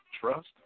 trust